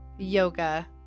yoga